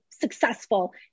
successful